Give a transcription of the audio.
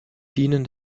dienen